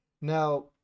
Now